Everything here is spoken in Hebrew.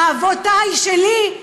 לאבותי שלי,